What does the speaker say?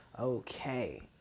Okay